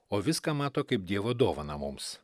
o viską mato kaip dievo dovaną mums